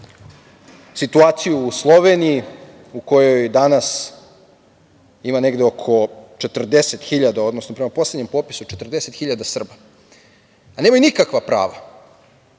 Situaciju u Sloveniji u kojoj danas ima negde oko 40 hiljada, odnosno, prema poslednjem popisu 40 hiljada Srba, a nemaju nikakva prava.